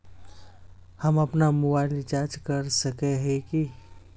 हम अपना mobile recharge कर सकय हिये की?